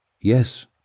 Yes